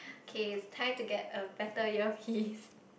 okay it's time to get a better earpiece